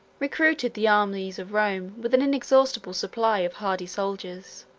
recruited the armies of rome with an inexhaustible supply of hardy soldiers